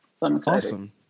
Awesome